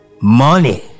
Money